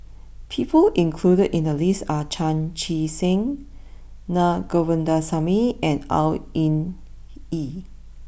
people included in the list are Chan Chee Seng Na Govindasamy and Au Hing Yee